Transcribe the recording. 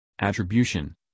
Attribution